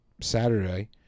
Saturday